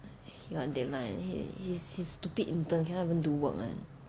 your deadline he his stupid intern cannot do work [one]